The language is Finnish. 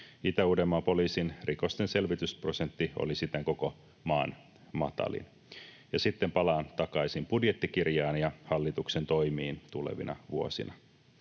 Itä-Uudenmaan poliisin rikosten selvitysprosentti oli siten koko maan matalin. Ja sitten palaan takaisin budjettikirjaan ja hallituksen toimiin tulevina vuosina.